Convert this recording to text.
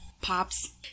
Pops